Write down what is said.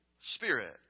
Spirit